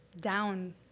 down